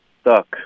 stuck